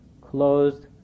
closed